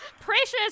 Precious